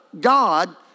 God